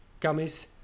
gummies